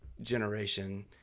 generation